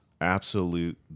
absolute